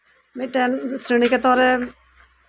ᱢᱤᱫᱴᱟᱱ ᱥᱨᱤᱱᱤᱠᱮᱛᱚᱱ ᱨᱮᱱ